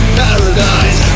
paradise